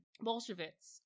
Bolsheviks